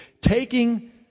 taking